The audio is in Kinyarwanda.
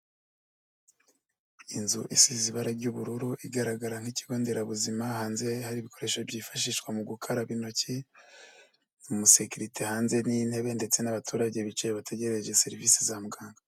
Inzu i isize ibara ry'ubururu, igaragara nk'ikigo nderabuzima, hanze hari ibikoresho byifashishwa mu gukaraba intoki, umusekirite hanze n'intebe ndetse n'abaturage bicaye bategereje serivise za muganga.